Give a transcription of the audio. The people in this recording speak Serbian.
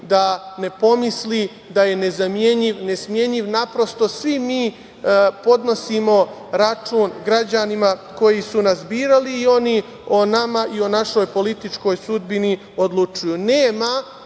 da ne pomisli da je nezamenljiv, nesmenjiv. Naprosto, svi mi podnosimo račun građanima koji su nas birali i oni o nama i o našoj političkoj sudbini odlučuju. Nema